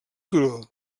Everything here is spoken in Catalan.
turó